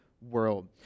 world